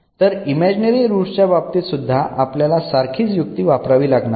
तर imaginary roots च्या बाबतीत सुद्धा आपल्याला सारखीच युक्ती वापरावी लागणार आहे